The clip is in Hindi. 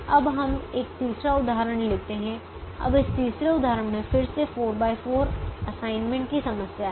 अब हम एक तीसरा उदाहरण लेते हैं अब इस तीसरे उदाहरण में फिर से 4 x 4 असाइनमेंट की समस्या है